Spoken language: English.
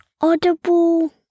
Audible